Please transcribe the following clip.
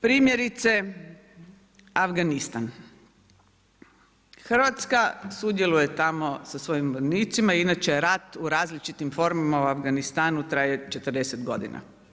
Primjerice Afganistan, Hrvatska sudjeluje tamo sa svojim vojnicima, inače rat u različitim formama u Afganistanu traje 40 godina.